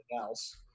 else